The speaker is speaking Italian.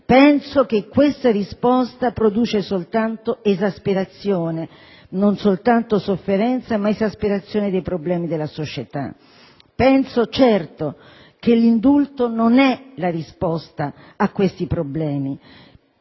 Penso che questa risposta produca soltanto esasperazione; non soltanto sofferenza, ma esasperazione dei problemi della società. Penso, certo, che l'indulto non è la risposta a questi problemi,